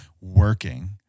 working